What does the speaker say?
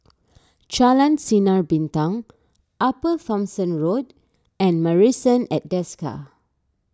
Jalan Sinar Bintang Upper Thomson Road and Marrison at Desker